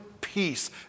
peace